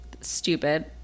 Stupid